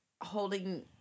holding